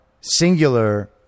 singular